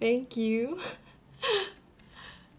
thank you